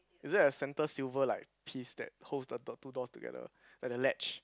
is it a center silver like piece that holds the two two doors together like the ledge